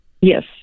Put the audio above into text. Yes